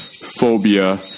phobia